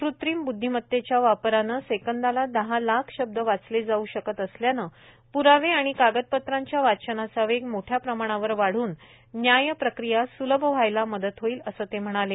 कृत्रिम ब्द्धिमतेच्या वापरानं सेंकदला दहा लाख शब्द वाचले जाऊ शकत असल्यानं प्रावे आणि कागदपत्रांच्या वाचनाचा वेग मोठ्या प्रमाणावर वाढून न्याय प्रक्रिया सुलभ व्हायला मदत होईल असं ते म्हणाले